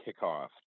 kickoff